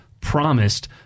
promised